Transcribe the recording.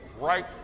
right